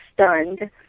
stunned